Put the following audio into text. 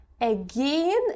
Again